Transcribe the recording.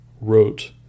wrote